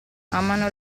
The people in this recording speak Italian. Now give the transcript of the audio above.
amano